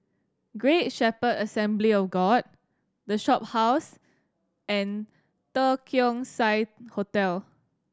Great Shepherd Assembly of God The Shophouse and The Keong Saik Hotel